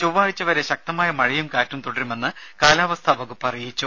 ചൊവ്വാഴ്ച വരെ ശക്തമായ മഴയും കാറ്റും തുടരുമെന്ന് കാലാവസ്ഥാ വകുപ്പ് അറിയിച്ചു